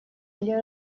или